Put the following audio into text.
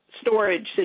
storage